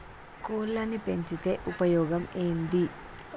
కోళ్లని పెంచితే ఉపయోగం ఏంది?